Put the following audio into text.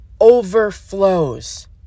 overflows